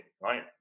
right